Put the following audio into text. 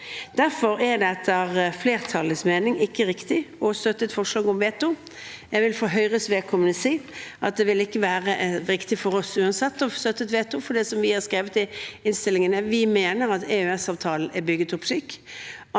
Derfor er det etter flertallets mening ikke riktig å støtte et forslag om veto. Jeg vil for Høyres vedkommende si at det uansett ikke ville være riktig for oss å støtte et veto, for som vi har skrevet i innstillingen, mener vi at EØS-avtalen er bygget opp slik